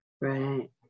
Right